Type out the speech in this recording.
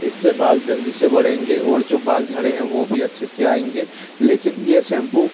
इससे बाल जल्दी से बढ़ेंगे और जो बाल झड़े हैं वो भी अच्छे से आएंगे लेकिन यह सैम्पू